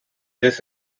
this